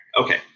Okay